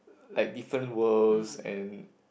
like different worlds and